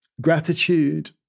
gratitude